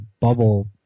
bubble